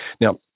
Now